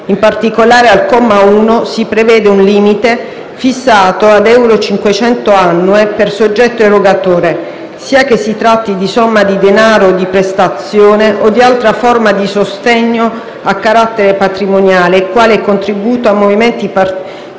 In particolare, al comma 1 si prevede un limite, fissato ad euro 500 annue per soggetto erogatore, sia che si tratti di somma di denaro o di prestazione o di altra forma di sostegno a carattere patrimoniale, quale contributo a movimenti politici